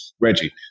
Reggie